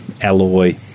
alloy